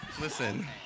Listen